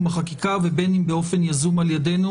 החקיקה ובין אם באופן יזום על ידינו,